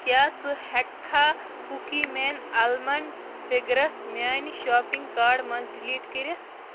کیٛاہ ژٕ ہٮ۪کہٕ کھا کُکی مین اَلمنٛڈ فِگرَس میٛانہِ شاپِنٛگ کاڈ منٛز ڈِلیٖٹ کٔرِتھ